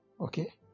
Okay